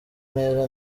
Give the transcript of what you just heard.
neza